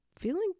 feeling